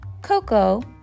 Coco